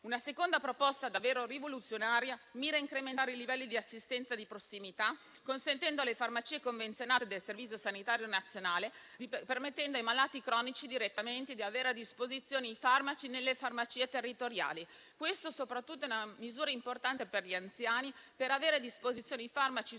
Una seconda proposta, davvero rivoluzionaria, mira a incrementare i livelli di assistenza di prossimità, consentendo alle farmacie convenzionate del Servizio sanitario nazionale e ai malati cronici di avere direttamente a disposizione i farmaci nelle farmacie territoriali. Questa soprattutto è una misura importante per gli anziani, per avere a disposizione i farmaci sul